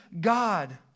God